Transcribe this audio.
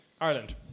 Ireland